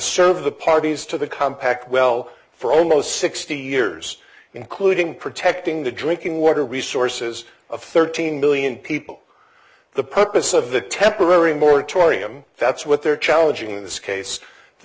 served the parties to the compact well for almost sixty years including protecting the drinking water resources of thirteen million people the purpose of the temporary moratorium that's what they're challenging in this case the